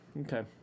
Okay